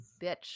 bitch